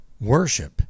Worship